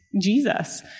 Jesus